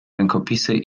rękopisy